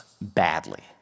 badly